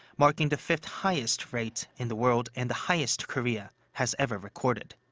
marking the fifth highest rate in the world, and the highest korea has ever recorded.